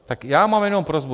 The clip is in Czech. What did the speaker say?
Tak já mám jenom prosbu.